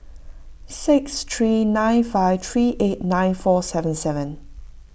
six three nine five three eight nine four seven seven